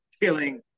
killing